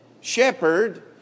shepherd